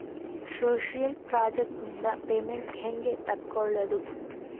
Social project ನಿಂದ payment ಹೆಂಗೆ ತಕ್ಕೊಳ್ಳದು?